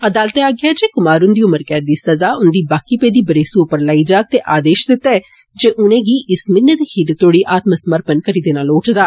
अदालतै आक्खेआ ऐ जे कुमार हुन्दी उम्रकैद दी सज़ा उन्दी बाकी पेदी बरेसू उप्पर लाई जाग ते आदेष दिता जे उनेंगी इस म्हीने दी खीरे तोड़ी आत्मसमर्पण करी देना लोड़चदा